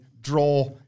draw